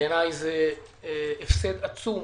בעיניי זה הפסד עצום